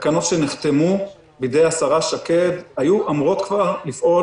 שנחתמו על ידי השרה שקד והיו אמורות לפעול